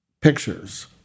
pictures